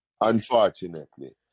Unfortunately